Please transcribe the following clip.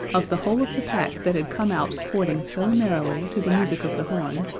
of the whole of the pack that had come out sporting so merrily to the music of the horn,